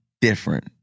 different